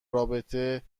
رابطه